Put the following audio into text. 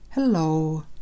Hello